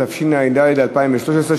התשע"ד 2013,